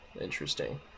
Interesting